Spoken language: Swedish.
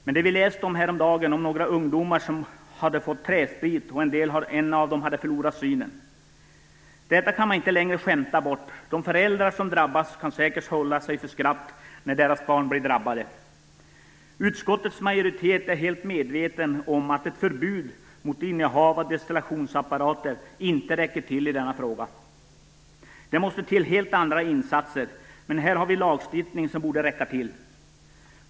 Men vi läste häromdagen om några ungdomar som hade fått i sig träsprit, och en av dem hade förlorat synen. Detta kan vi inte längre skämta bort. De föräldrar som drabbats kan säkert hålla sig för skratt när deras barn skadats. Utskottets majoritet är helt medveten om att ett förbud mot innehav av destillationsapparater inte räcker till i denna fråga. Det måste till helt andra insatser. Här har vi en lagstiftning som borde räcka till.